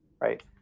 right